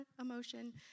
emotion